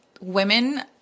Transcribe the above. women